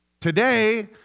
Today